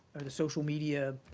or the social media